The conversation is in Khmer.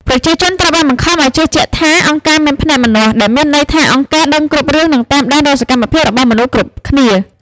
ប្រជាជនត្រូវបានបង្ខំឱ្យជឿជាក់ថា «អង្គការមានភ្នែកម្នាស់» ដែលមានន័យថាអង្គការដឹងគ្រប់រឿង និងតាមដានរាល់សកម្មភាពរបស់មនុស្សគ្រប់គ្នា។